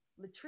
Latrice